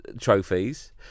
trophies